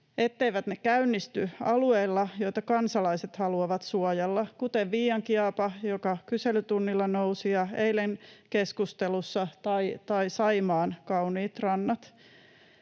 etteivät ne käynnisty alueilla, joita kansalaiset haluavat suojella, kuten Viiankiaapa, joka nousi kyselytunnilla ja eilen keskusteluun, tai Saimaan kauniit rannat?